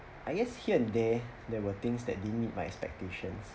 I guess here and there were things that didn't meet my expectations